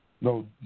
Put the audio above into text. no